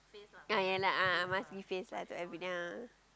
ah ya lah a'ah must give face lah to a bit yeah